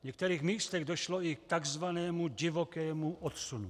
V některých místech došlo i k takzvanému divokému odsunu.